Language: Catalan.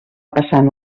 passant